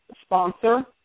Sponsor